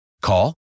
Call